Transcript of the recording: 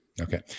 Okay